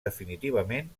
definitivament